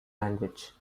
language